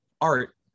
art